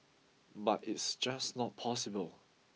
but it's just not possible